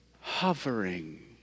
Hovering